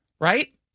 Right